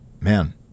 man